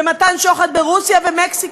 מתן שוחד ברוסיה ומקסיקו,